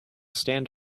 stand